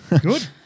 good